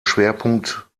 schwerpunkt